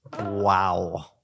Wow